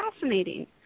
fascinating